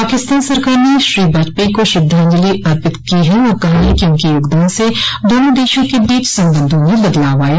पाकिस्तान सरकार ने श्री वाजपेयी का श्रद्धांजलि अर्पित की है और कहा है कि उनके योगदान से दोनों देशों के बीच संबंधों में बदलाव आया